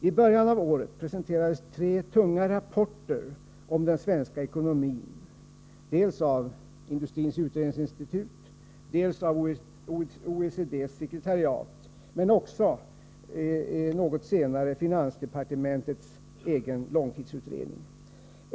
I början av året presenterades tre tunga rapporter om den svenska ekonomin, av Industrins utredningsinstitut, OECD:s sekreteriat och — något senare — finansdepartementets egen långtidsutredning.